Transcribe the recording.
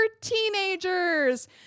teenagers